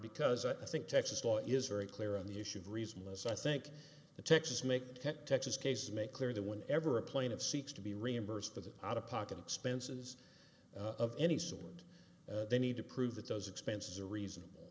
because i think texas law is very clear on the issue of reason and so i think the texas make texas case make clear that when ever a plaintive seeks to be reimbursed for the out of pocket expenses of any sort and they need to prove that those expenses are reasonable